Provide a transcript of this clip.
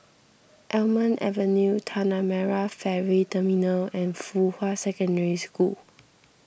Almond Avenue Tanah Merah Ferry Terminal and Fuhua Secondary School